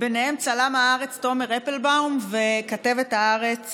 ביניהם צלם הארץ תומר אפלבאום וכתבת הארץ